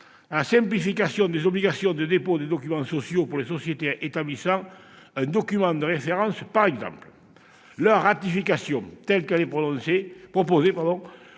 la simplification des obligations de dépôt des documents sociaux pour les sociétés établissant un document de référence. Leur ratification, telle que proposée,